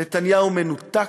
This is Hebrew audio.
נתניהו מנותק.